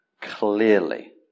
clearly